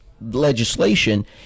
legislation